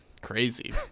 Crazy